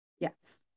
Yes